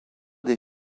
des